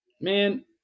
Man